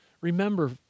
Remember